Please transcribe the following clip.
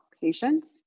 patients